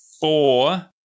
four